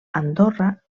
andorra